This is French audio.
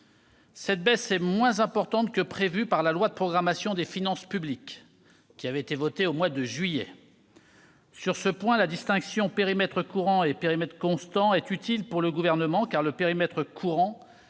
Cette baisse est moins importante que prévu par la loi de programmation des finances publiques votée au mois de juillet. De ce point de vue, la distinction entre périmètre courant et périmètre constant est utile au Gouvernement, car le périmètre courant